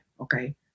okay